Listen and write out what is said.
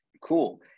Cool